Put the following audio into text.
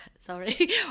sorry